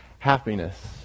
Happiness